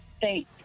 Thanks